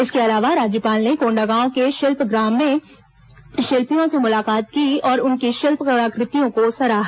इसके अलावा राज्यपाल ने कोंडागांव के शिल्प ग्राम में शिल्पियों से मुलाकात की और उनकी शिल्प कलाकृतियों को सराहा